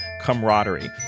camaraderie